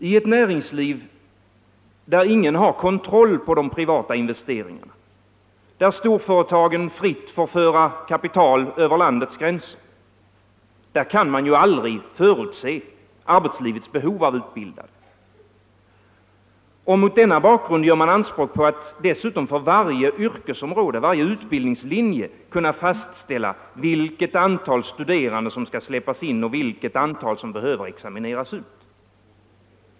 I ett näringsliv, där ingen har kontroll på de privata investeringarna, där storföretagen fritt får föra kapital över landets gränser — där kan man aldrig förutse arbetslivets behov av utbildade. Och mot denna bakgrund gör man anspråk på att dessutom för varje yrkesområde, varje utbildningslinje kunna fastställa vilket antal studerande som skall släppas in och vilket antal som behöver examineras ut.